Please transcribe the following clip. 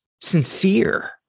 sincere